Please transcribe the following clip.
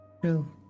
True